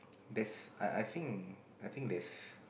that's I I think I think that's